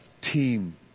team